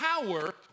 power